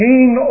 King